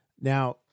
now